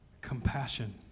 Compassion